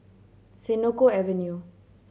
Senoko Avenue